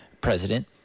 president